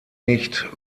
nicht